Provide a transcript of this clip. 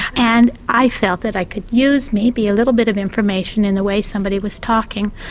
and i felt that i could use me, be a little bit of information in the way somebody was talking,